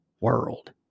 world